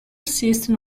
system